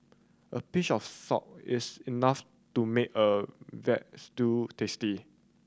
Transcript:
a pinch of salt is enough to make a veal stew tasty